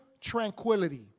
tranquility